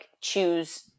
choose –